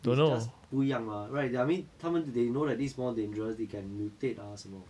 it's just 不一样吗 right I mean 他们 they know this more dangerous they can mutate ah 什么